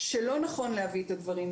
שלא נכון להביא את הדברים,